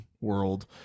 world